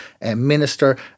minister